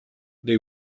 they